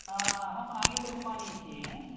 अहं नागेन्द्रगुम्मानि इति